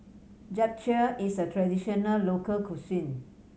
japchae is a traditional local cuisine